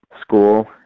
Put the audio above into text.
school